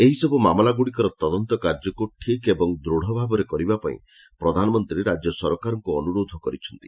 ଏହିସବୁ ମାମଲା ଗୁଡ଼ିକରେ ତଦନ୍ତ କାର୍ଯ୍ୟକୁ ଠିକ୍ ଏବଂ ଦୂଢ଼ ଭାବରେ କରିବା ପାଇଁ ପ୍ରଧାନମନ୍ତୀ ରାଜ୍ୟ ସରକାରଙ୍କୁ ଅନୁରୋଧ କରିଛନ୍ତି